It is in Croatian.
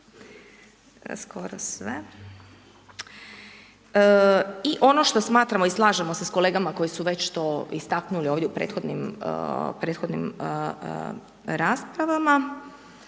u RH. I ono što smatramo i slažemo sa kolegama koji su već to istaknuli ovdje prethodnim raspravama,